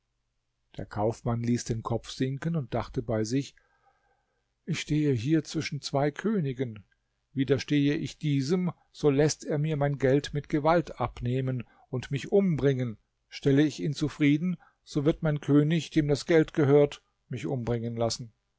der kaufmann ließ den kopf sinken und dachte bei sich ich stehe hier zwischen zwei königen widerstehe ich diesem so läßt er mir mein geld mit gewalt nehmen und mich umbringen stelle ich ihn zufrieden so wird mein könig dem das geld gehört mich umbringen lassen